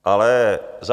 Ale za...